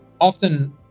often